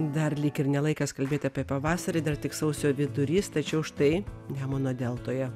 dar lyg ir ne laikas kalbėt apie pavasarį dar tik sausio vidurys tačiau štai nemuno deltoje